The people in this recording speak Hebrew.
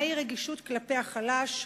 מהי רגישות כלפי החלש,